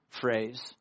phrase